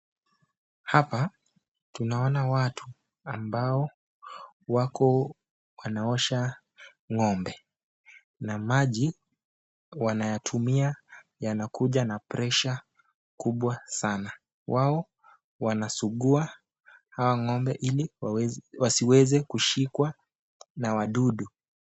Hapa tunaona watu ambao wako wanaosha ng'ombe, na maji wanakuja wanayatumia na presha kubwa sana , wao wanasugua hawa ng'ombe ili wasiweze kushikwa na wadudu.